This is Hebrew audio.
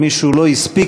או מישהו לא הספיק,